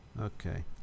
Okay